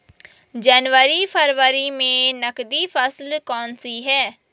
जनवरी फरवरी में नकदी फसल कौनसी है?